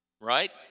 right